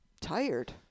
tired